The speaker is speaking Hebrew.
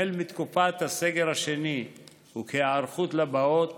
החל מתקופת הסגר השני וכהיערכות לבאות